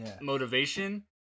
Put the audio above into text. motivation